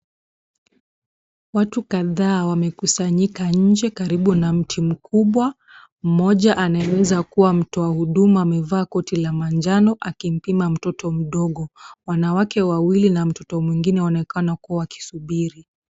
Watu kadhaa wamekusanyika nje karibu na mti mkubwa, mmoja anayeweza kuwa mtu wa huduma amevaa koti la manjano akimpima mtoto mdogo. Wanawake wawili na mtoto mwingine wanaonekana kuwa wakisubiri.